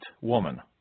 woman